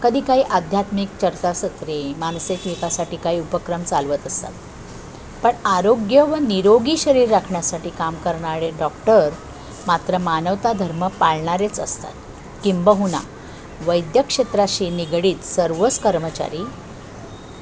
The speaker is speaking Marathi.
कधी काही आध्यात्मिक चर्चासत्रे मानसिक निकासाठी काही उपक्रम चालवत असतात पण आरोग्य व निरोगी शरीर राखण्यासाठी काम करणारे डॉक्टर मात्र मानवता धर्म पाळणारेच असतात किंबहुना वैद्यकक्षेत्राशी निगडीत सर्वच कर्मचारी